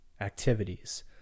activities